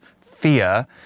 fear